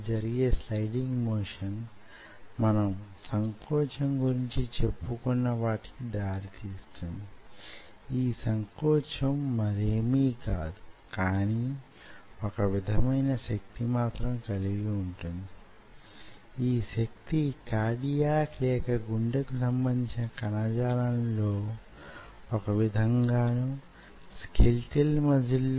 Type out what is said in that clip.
ఒక వ్యక్తి diving board మీదన వుండి చరుస్తూ వుంటే లేక తొక్కుతూ వుంటే ఆ వ్యక్తి యీ విధమైన పని ప్రారంభిస్తూ వుంటే యీ డైవింగ్ బోర్డ్ యిలా యిలా వూగడం మొదలు పెడుతుంది